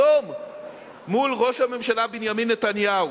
היום מול ראש הממשלה בנימין נתניהו.